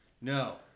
No